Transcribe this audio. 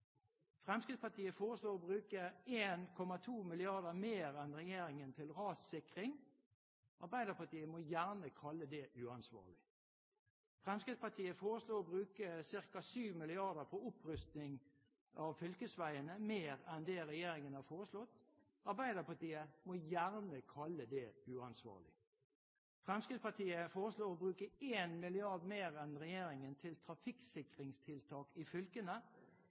Fremskrittspartiet foreslår å bruke 1,2 mrd. kr mer enn regjeringen til rassikring. Arbeiderpartiet må gjerne kalle det uansvarlig. Fremskrittspartiet foreslår å bruke ca. 7 mrd. kr på opprustning av fylkesveiene mer enn det regjeringen har foreslått. Arbeiderpartiet må gjerne kalle det uansvarlig. Fremskrittspartiet foreslår å bruke 1 mrd. mer enn regjeringen til trafikksikringstiltak i fylkene.